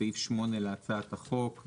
סעיף 8 להצעת החוק,